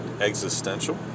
existential